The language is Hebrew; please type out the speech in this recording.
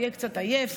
תהיה קצת עייף,